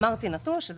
אמרתי נטוש.